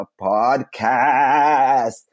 podcast